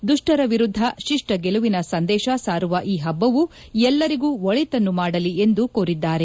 ದುಷ್ವರ ವಿರುದ್ದ ಶಿಷ್ನ ಗೆಲುವಿನ ಸಂದೇಶ ಸಾರುವ ಈ ಹಬ್ಬವು ಎಲ್ಲರಿಗೂ ಒಳಿತನ್ನು ಮಾಡಲಿ ಎಂದು ಕೋರಿದ್ದಾರೆ